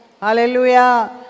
Hallelujah